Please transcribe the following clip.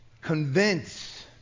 Convince